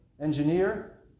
engineer